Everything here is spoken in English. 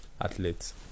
athletes